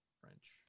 French